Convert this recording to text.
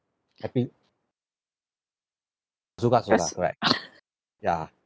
happy suka suka right ya